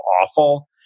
awful